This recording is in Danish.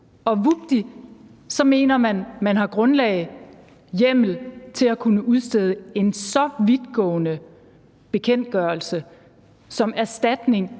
og vupti så mener man, man har grundlag, hjemmel til at kunne udstede en så vidtgående bekendtgørelse som erstatning